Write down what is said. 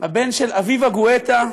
הבן של אביבה גואטה.